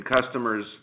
customers